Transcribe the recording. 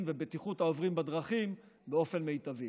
ובטיחות העוברים בדרכים באופן מיטבי.